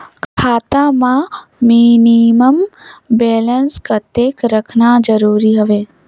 खाता मां minimum balance कतेक रखना जरूरी हवय?